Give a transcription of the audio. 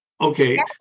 Okay